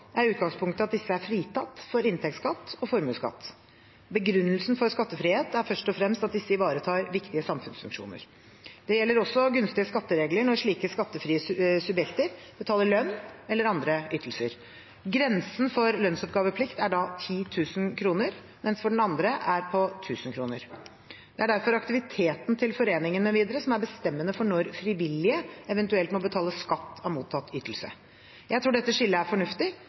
er utgangspunktet at disse er fritatt for inntektsskatt og formuesskatt. Begrunnelsen for skattefrihet er først og fremst at disse ivaretar viktige samfunnsfunksjoner. Det gjelder også gunstige skatteregler når slike skattefrie subjekter utbetaler lønn eller andre ytelser: Grensen for lønnsoppgaveplikt er da 10 000 kr, mens den for andre er på 1 000 kr. Det er derfor aktiviteten til foreningen mv. som er bestemmende for når «frivillige» eventuelt må betale skatt av mottatt ytelse. Jeg tror dette skillet er fornuftig,